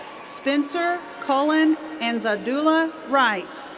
spencer cullen anzaldua wright.